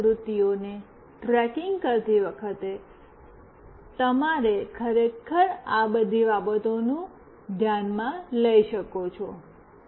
માનવ પ્રવૃત્તિઓને ટ્રેકિંગ કરતી વખતે તમે ખરેખર આ બધી બાબતોને ધ્યાનમાં લઈ શકો છો